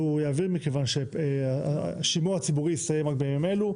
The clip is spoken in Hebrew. הוא יעביר מכיוון שהשימוע הציבורי מסתיים רק בימים אלה.